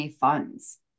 funds